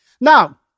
Now